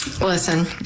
Listen